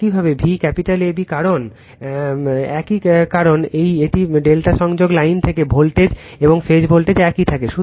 একইভাবে V capital AB একই কারণ একটি ∆ সংযোগ লাইন থেকে ভোল্টেজ এবং ফেজ ভোল্টেজ একই থাকে